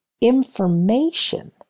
information